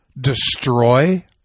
destroy